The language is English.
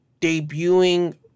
debuting